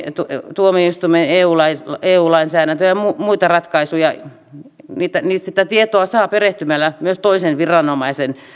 tuomioistuimen eu lainsäädäntö ja muita ratkaisuja sitä tietoa saa myös perehtymällä toisen viranomaisen